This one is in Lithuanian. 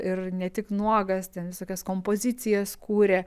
ir ne tik nuogas ten visokias kompozicijas kūrė